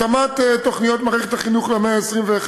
התאמת תוכניות מערכת החינוך למאה ה-21,